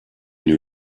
new